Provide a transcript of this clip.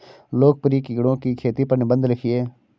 लोकप्रिय कीड़ों की खेती पर निबंध लिखिए